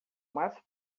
mais